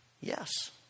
yes